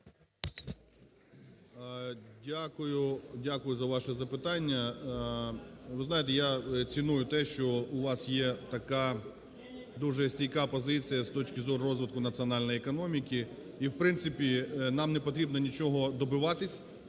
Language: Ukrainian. Дякую за ваше запитання. Ви знаєте, я дуже ціную те, що у вас є така дуже стійка позиція з точки зору розвитку національної економіки, і, в принципі, нам не потрібно нічого добиватися,